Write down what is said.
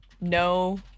No